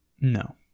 No